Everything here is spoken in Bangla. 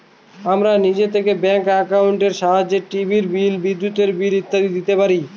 আমরা নিজে থেকে ব্যাঙ্ক একাউন্টের সাহায্যে টিভির বিল, বিদ্যুতের বিল ইত্যাদি দিতে পারি